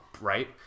Right